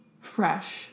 fresh